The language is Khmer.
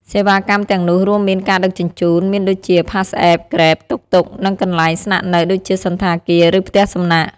សេវាកម្មទាំងនោះរួមមានការដឹកជញ្ជូន មានដូចជា PassApp, Grab, តុកតុក និងកន្លែងស្នាក់នៅ ដូចជា សណ្ឋាគារ ឬ ផ្ទះសំណាក់។